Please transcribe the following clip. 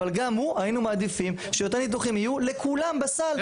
אבל גם הוא היינו מעדיפים שיותר ניתוחים יהיו לכולם בסל.